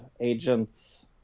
agents